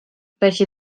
welche